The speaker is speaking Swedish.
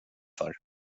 för